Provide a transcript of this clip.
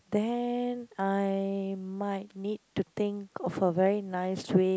then I might need to think of a very nice way